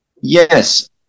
Yes